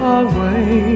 away